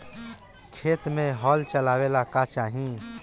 खेत मे हल चलावेला का चाही?